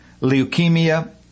leukemia